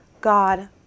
God